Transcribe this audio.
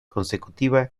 consecutiva